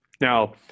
Now